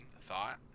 thought